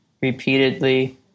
Repeatedly